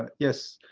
ah yes,